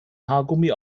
haargummi